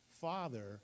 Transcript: father